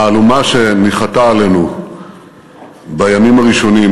המהלומה שניחתה עלינו בימים הראשונים